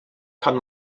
kann